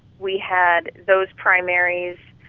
we had those primaries